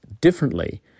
differently